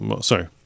sorry